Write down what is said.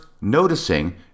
noticing